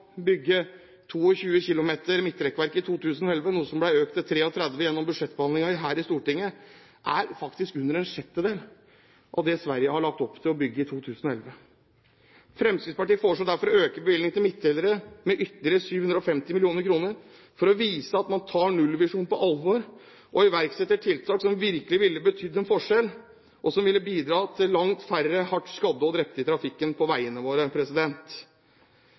bygge 22 km midtrekkverk i 2011, noe som ble økt til 33 km gjennom budsjettbehandlingen her i Stortinget, er faktisk under en sjettedel av det Sverige har lagt opp til å bygge i 2011. Fremskrittspartiet foreslår derfor å øke bevilgningen til midtdelere med ytterligere 750 mill. kr for å vise at man tar nullvisjonen på alvor, og iverksetter tiltak som virkelig ville betydd en forskjell, og som ville bidratt til langt færre hardt skadde og drepte i trafikken på veiene våre.